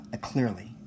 Clearly